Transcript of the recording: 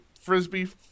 frisbee